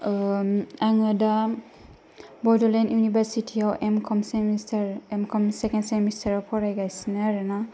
ओ आङो दा बड'लेण्ड इउनिभारचिटियाव M com semester second semester फरायगासिनो आरोना